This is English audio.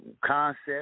Concept